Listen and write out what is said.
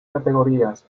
categorías